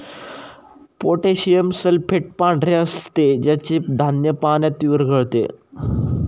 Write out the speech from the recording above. potassium sulphate पांढरे असते ज्याचे धान्य पाण्यात विरघळते